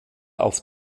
auf